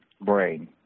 brain